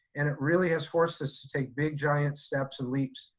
and it really has forced us to take big giant steps and leaps.